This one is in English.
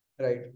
Right